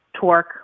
torque